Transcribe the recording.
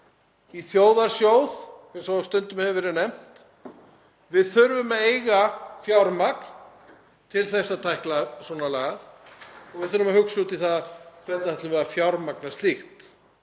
þjóðarsjóð eins og stundum hefur verið nefnt? Við þurfum að eiga fjármagn til þess að tækla svona lagað, við þurfum að hugsa út í það hvernig við ætlum að fjármagna slíkt.